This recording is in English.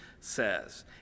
says